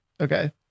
okay